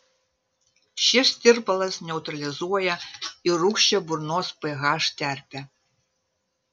šis tirpalas neutralizuoja ir rūgščią burnos ph terpę